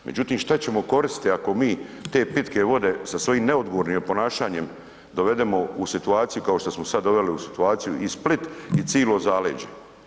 Međutim, šta ćemo koristiti ako mi te pitke vode sa svojim neodgovornim ponašanjem dovedemo u situaciju kao što smo sad doveli u situaciju i Split i cilo zaleđe.